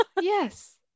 yes